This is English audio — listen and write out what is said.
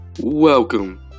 Welcome